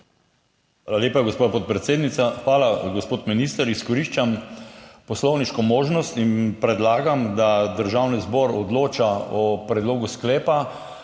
Hvala lepa, gospa podpredsednica. Hvala, gospod minister. Izkoriščam poslovniško možnost in predlagam, da Državni zbor odloča o predlogu sklepa,